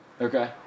okay